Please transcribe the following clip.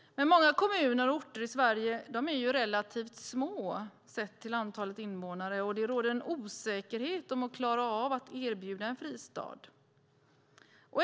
Många kommuner och orter i Sverige är relativt små, sett till antalet invånare, och det råder en osäkerhet om att klara av att erbjuda en fristad.